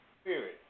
spirit